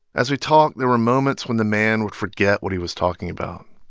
as we talked, there were moments when the man would forget what he was talking about,